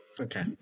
Okay